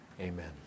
Amen